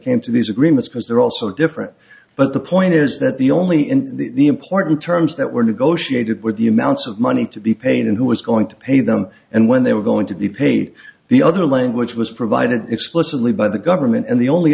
came to these agreements because they're also different but the point is that the only in the important terms that were negotiated with the amounts of money to be paid and who was going to pay them and when they were going to be paid the other language was provided explicitly by the government and the only